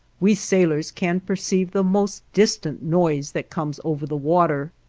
we sailors can perceive the most distant noise that comes over the water.